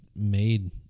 made